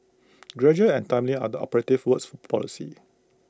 gradual and timely are the operative words policy